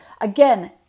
again